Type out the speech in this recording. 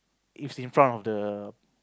is in front of the